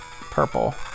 Purple